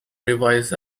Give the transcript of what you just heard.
revised